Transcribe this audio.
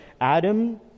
adam